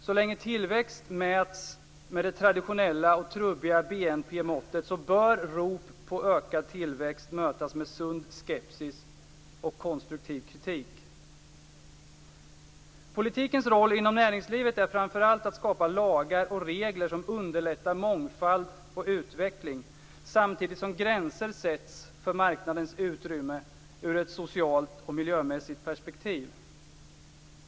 Så länge tillväxt mäts med det traditionella och trubbiga BNP-måttet, bör rop på ökad tillväxt mötas med sund skepsis och konstruktiv kritik. Politikens roll inom näringslivet är framför allt att skapa lagar och regler som underlättar mångfald och utveckling, samtidigt som gränser sätts för marknadens utrymme ur ett socialt och miljömässigt perspektiv.